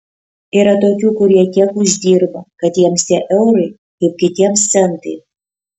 yra tokių kurie tiek uždirba kad jiems tie eurai kaip kitiems centai